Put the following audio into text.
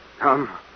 Come